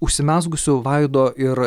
užsimezgusiu vaido ir